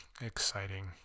exciting